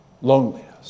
loneliness